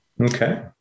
Okay